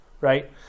right